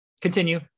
Continue